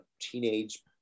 teenage